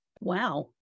wow